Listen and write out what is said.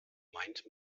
meint